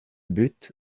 but